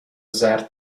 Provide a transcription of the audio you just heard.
زرد